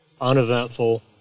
uneventful